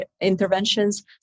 interventions